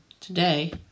Today